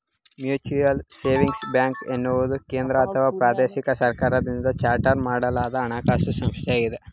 mutual savings bank ಎನ್ನುವುದು ಕೇಂದ್ರಅಥವಾ ಪ್ರಾದೇಶಿಕ ಸರ್ಕಾರದಿಂದ ಚಾರ್ಟರ್ ಮಾಡಲಾದ ಹಣಕಾಸು ಸಂಸ್ಥೆಯಾಗಿದೆ